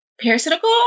parasitical